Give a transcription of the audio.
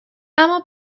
اما